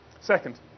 Second